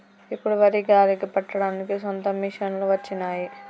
ఇప్పుడు వరి గాలికి పట్టడానికి సొంత మిషనులు వచ్చినాయి